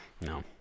No